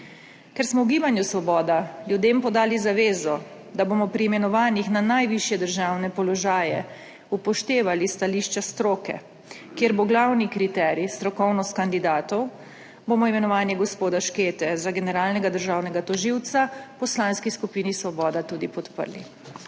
Ker smo v Gibanju Svoboda ljudem podali zavezo, da bomo pri imenovanjih na najvišje državne položaje upoštevali stališča stroke, kjer bo glavni kriterij strokovnost kandidatov, bomo imenovanje gospoda Škete za generalnega državnega tožilca v Poslanski skupini Svoboda tudi podprli.